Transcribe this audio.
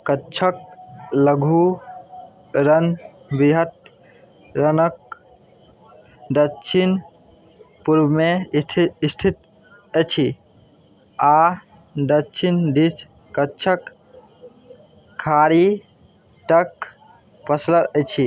कच्छके लघु रण वृहत रणके दच्छिन पूर्वमे स्थि इस्थित अछि आओर दच्छिन दिस कच्छके खाड़ी तक पसरल अछि